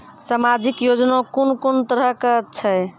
समाजिक योजना कून कून तरहक छै?